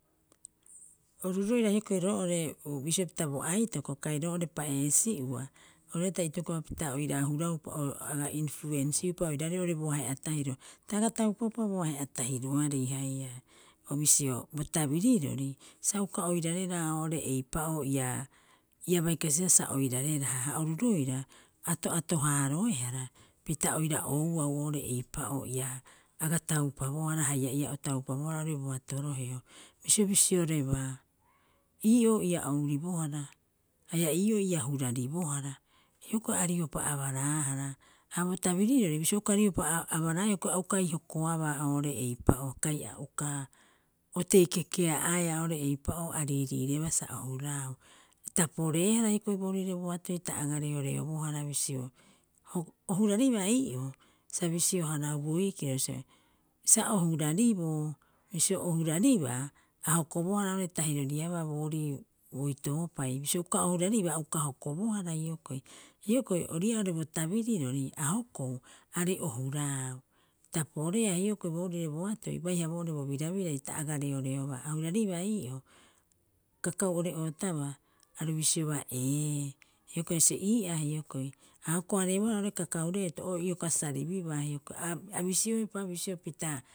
Roira hioko'i roo'ore bisio pita bo aitoko, kai roo'ore pa'eesii'ua oru roira ta itokopapita aga inpruesiupa oiraarei oo'ore bo ahe'a tahiro. Ta aga taupaupa bo ahe'a tahiroau hrei haia. o bisio, bo tabirirori sa uka oirareraa oo'ore eipa'oo ia- ia baikasibaa sa oirareraha ha oru roira ato'ato- hararoehara pita oira ouau oo'ore eipa'oo ia aga taupabohara haia ia o taupabohara oo'ore boato roheo. Bisio bisiorebaa, ii'oo ia ouribohara haia ii'oo ia huraribohara hioko'i ariopa abaraahara. Ha bo tabirirori bisio uka riopa abaraeea a ukai hokoabaa oo'ore eipa'oo kai a uka otei kekea'aea oo'ore eipa'oo a riiriirebaa sa o huraau. Ta poreehara hioko'i boorire boatoi ta aga reoreobohara bisio, o hurariba ii'oo, sa bisioharaau boikiro, sa o hurariboo. bisio o huraribaa a hokobohara oo'ore tahiroriabaa boorii boitoopai. Bisio uka o huraribaa a uka hokobohara hioko'i. Hioko'i ori'ii'aa oo'ore bo tabirirori a hokou araarei o huraau, ta poreea hioko'i boorire boatoi baiha boo'ore bo birabirai ta aga reoreobaa a huraribaa ii'oo, kakau ore'oo tabaa. Aru bisiobaa ee, hioko'i se ii'aa hioko'i. Ha hoko- harebohara oo'ore kakau reeto o ioka saribiba hioko'i a bisioepa bisio pita.